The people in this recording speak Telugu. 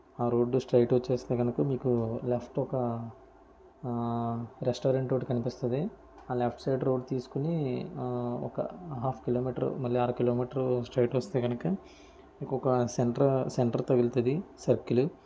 ఆ రోడ్డు స్ట్రైట్ వచ్చేస్తే కనుక మీకు లెఫ్ట్ ఒక రెస్టారెంట్ ఒకటి కనిపిస్తుంది ఆ లెఫ్ట్ సైడ్ రోడ్డు తీసుకొని ఒక హాఫ్ కిలో మీటరు మళ్ళీ అర కిలో మీటరు స్ట్రైట్ వస్తే కనుక మీకు ఒక సెంటర్ సెంటర్ తగులుతుంది సర్కిల్